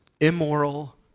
immoral